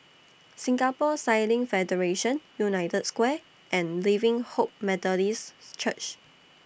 Singapore Sailing Federation United Square and Living Hope Methodist Church